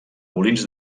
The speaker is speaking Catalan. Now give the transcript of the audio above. molins